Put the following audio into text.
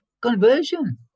conversion